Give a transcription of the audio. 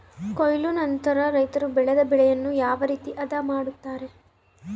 ಕೊಯ್ಲು ನಂತರ ರೈತರು ಬೆಳೆದ ಬೆಳೆಯನ್ನು ಯಾವ ರೇತಿ ಆದ ಮಾಡ್ತಾರೆ?